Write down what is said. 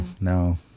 no